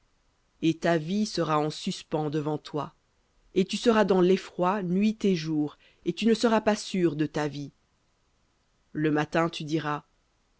et ta vie sera en suspens devant toi et tu seras dans l'effroi nuit et jour et tu ne seras pas sûr de ta vie le matin tu diras